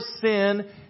sin